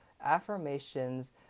affirmations